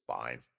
fine